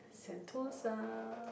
Sentosa